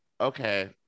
okay